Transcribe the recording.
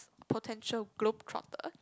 potential globetrotter